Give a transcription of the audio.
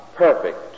perfect